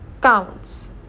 counts